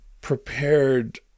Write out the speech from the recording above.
prepared